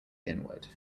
inward